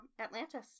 Atlantis